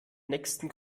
nächsten